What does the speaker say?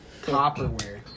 Copperware